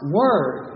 word